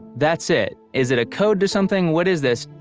that's it. is it a code to something, what is this?